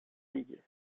league